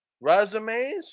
Resumes